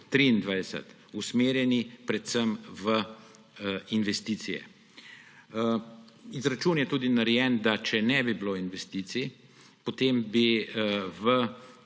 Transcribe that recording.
2023, usmerjeni predvsem v investicije. Izračun je tudi narejen, da če ne bi bilo investicij, potem bi v